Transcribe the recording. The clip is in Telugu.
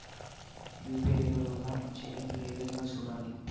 యు.పి.ఐ లో ఉన్న చెల్లింపులు ఏ విధంగా సూడాలి